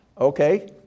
Okay